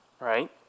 Right